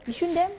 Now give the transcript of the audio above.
yishun dam